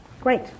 Great